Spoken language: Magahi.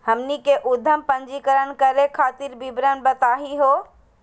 हमनी के उद्यम पंजीकरण करे खातीर विवरण बताही हो?